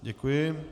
Děkuji.